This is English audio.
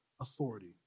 authority